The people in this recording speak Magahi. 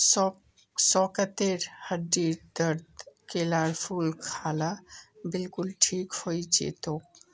साकेतेर हड्डीर दर्द केलार फूल खा ल बिलकुल ठीक हइ जै तोक